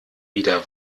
wieder